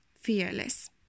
fearless